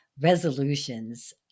resolutions